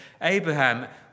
Abraham